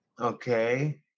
okay